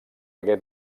hagué